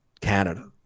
Canada